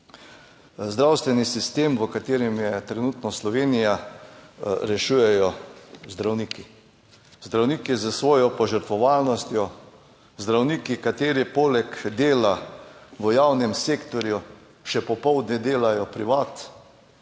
Zdravstveni sistem, v katerem je trenutno Slovenija, rešujejo zdravniki. Zdravnik je s svojo požrtvovalnostjo, Zdravniki, kateri poleg dela v javnem sektorju še popoldne delajo privat,